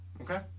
Okay